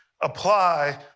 Apply